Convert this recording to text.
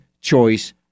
choice